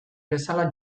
bezala